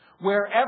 Wherever